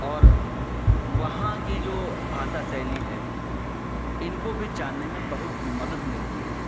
और वहाँ की जो भाषा शैली है इनको भी जानने में बहुत मदद मिलती है